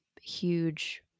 huge